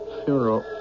funeral